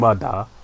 mother